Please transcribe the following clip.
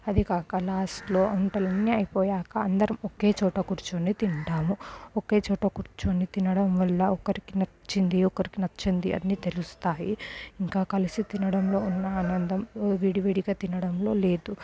అదే కాక లాస్ట్లో వంటలన్నీ అయిపోయాక అందరం ఒకే చోట కూర్చొని తింటాము ఒకే చోట కూర్చొని తినడం వల్ల ఒకరికి నచ్చింది ఒకరికి నచ్చంది అన్నీ తెలుస్తాయి ఇంకా కలిసి తినడంలో ఉన్న ఆనందం విడివిడిగా తినడంలో లేదు